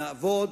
נעבוד,